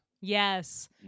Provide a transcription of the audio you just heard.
Yes